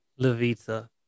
Levita